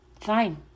fine